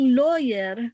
lawyer